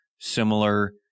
similar